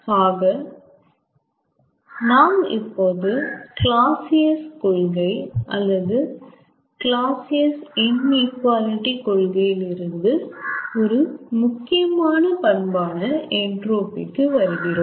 ஆக நாம் இப்போது கிளாஸ்சியஸ் கொள்கை அல்லது கிளாஸ்சியஸ் இன்இகுவாலிட்டி கொள்கையில் இருந்து ஒரு முக்கியமான பண்பான என்ட்ரோபி கு வருகிறோம்